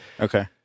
Okay